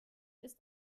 ist